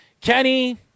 Kenny